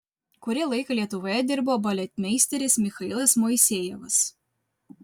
kurį laiką lietuvoje dirbo baletmeisteris michailas moisejevas